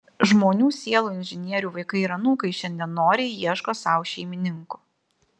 žmonių sielų inžinierių vaikai ir anūkai šiandien noriai ieško sau šeimininkų